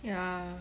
ya